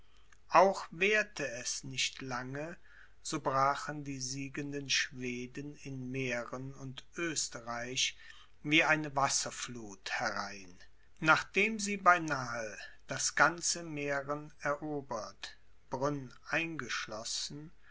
auch währte es nicht lange so brachen die siegenden schweden in mähren und oesterreich wie eine wasserfluth herein nachdem sie beinahe das ganze mähren erobert brünn eingeschlossen